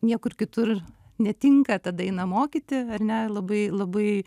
niekur kitur netinka tada eina mokyti ar ne labai labai